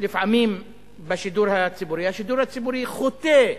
לפעמים בשידור הציבורי, השידור הציבורי חוטא,